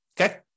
okay